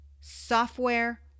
software